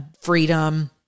freedom